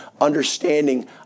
understanding